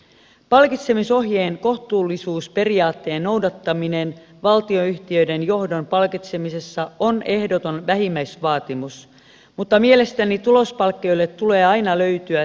palkitsemisohjeen kohtuullisuusperiaatteen noudattaminen valtionyhtiöiden johdon palkitsemisessa on ehdoton vähimmäisvaatimus mutta mielestäni tulospalkkioille tulee aina löytyä selkeät perusteet